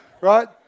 right